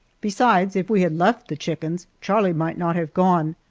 besides, if we had left the chickens, charlie might not have gone,